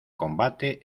combate